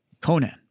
Conan